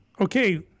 okay